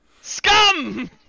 Scum